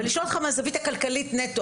ולשאול אותך מהזווית הכלכלית נטו,